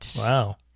Wow